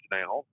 now